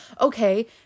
okay